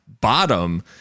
bottom